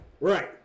Right